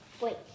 Wait